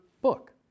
book